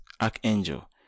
archangel